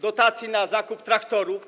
dotacji na zakup traktorów.